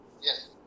Yes